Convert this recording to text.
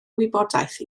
wybodaeth